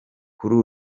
kuri